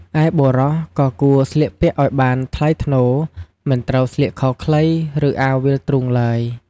ឯបុរសក៏គួរស្លៀកពាក់ឲ្យបានថ្លៃថ្នូរ មិនត្រូវស្លៀកខោខ្លី ឬអាវវាលទ្រូងឡើយ។